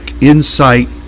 insight